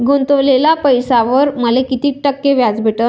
गुतवलेल्या पैशावर मले कितीक टक्के व्याज भेटन?